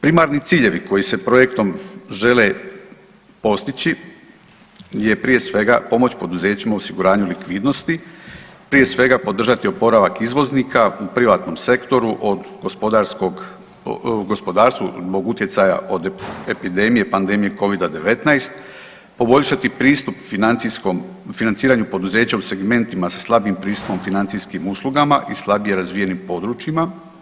Primarni ciljevi koji se projektom žele postići je prije svega pomoć poduzećima u osiguranju likvidnosti, prije svega podržati oporavak izvoznika u privatnom sektoru u gospodarstvu zbog utjecaja od epidemije, pandemije Covid-19, poboljšati pristup financiranju poduzeća u segmentima sa slabim pristupom financijskim uslugama i slabije razvijenim područjima.